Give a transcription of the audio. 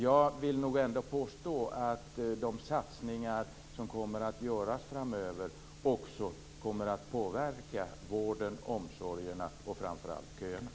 Jag vill nog påstå att de satsningar som framöver kommer att göras också påverkar vården, omsorgerna och, framför allt, köerna.